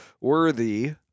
worthy